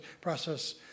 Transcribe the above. process